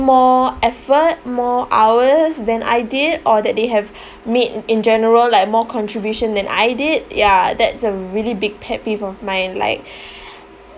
more effort more hours than I did or that they have made in general like more contribution than I did ya that's a really big pet peeve of mine like